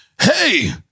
Hey